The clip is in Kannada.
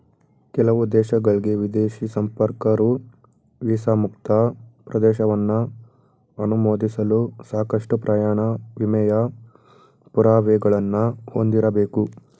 ಕೆಲವು ದೇಶಗಳ್ಗೆ ವಿದೇಶಿ ಸಂದರ್ಶಕರು ವೀಸಾ ಮುಕ್ತ ಪ್ರವೇಶವನ್ನ ಅನುಮೋದಿಸಲು ಸಾಕಷ್ಟು ಪ್ರಯಾಣ ವಿಮೆಯ ಪುರಾವೆಗಳನ್ನ ಹೊಂದಿರಬೇಕು